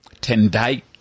Tendai